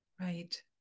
Right